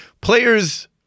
players